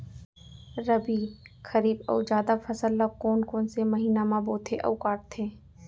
रबि, खरीफ अऊ जादा फसल ल कोन कोन से महीना म बोथे अऊ काटते?